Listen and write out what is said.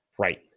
Right